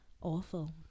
Awful